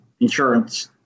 insurance